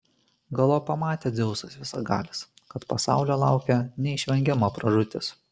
galop pamatė dzeusas visagalis kad pasaulio laukia neišvengiama pražūtis